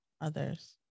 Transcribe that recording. others